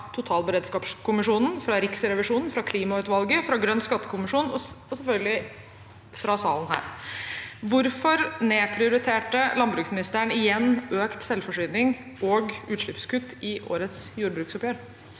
totalberedskapskommisjonen, fra Riksrevisjonen, fra klimautvalget, fra grønn skattekommisjon og selvfølgelig fra salen her. Hvorfor nedprioriterte landbruksministeren igjen økt selvforsyning og utslippskutt i årets jordbruksoppgjør?